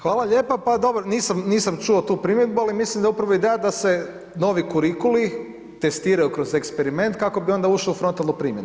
Hvala lijepa, pa dobro, nisam čuo tu primjedbu, ali mislim da je upravo ideja da se novi kurikuli testiraju kroz eksperiment kako bi onda ušao u frontalnu primjenu.